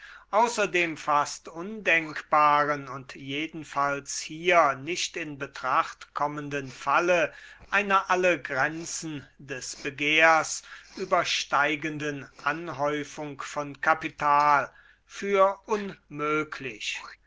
außer dem fast undenkbaren und jedenfalls hier nicht in betracht kommenden falle einer alle grenzen des begehrs übersteigenden anhäufung von kapital für unmöglich